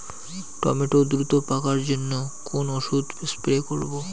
Tomato দ্রুত পাকার জন্য কোন ওষুধ স্প্রে করব?